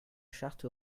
charte